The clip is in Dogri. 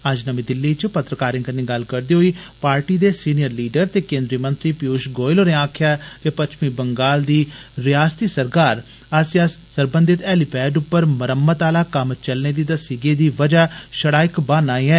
अज्ज नमीं दिल्ली च पत्रकारें कन्नै गल्ल करदे होई पार्टी दे सीनियर लीडर ते केन्द्रीय मंत्री पियूश गोयल होरें आक्खेआ जे पच्छमी बंगाल दी रियासती सरकार आस्सेआ सरबंधित हैलीपैड उप्पर मुरम्मत आला कम्म चलने दी दस्सी गेदी वजह षडा इक बहाना हा